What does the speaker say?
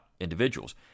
individuals